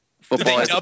football